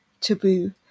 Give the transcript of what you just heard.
taboo